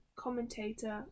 commentator